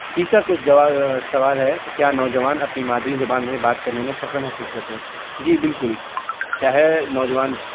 تیسرا کچھ سوال ہے کہ کیا نوجوان اپنی مادری زبان میں بات کرنے میں فخر محسوس کرتے ہیں جی بالکل چاہے نوجوان